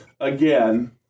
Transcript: again